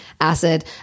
acid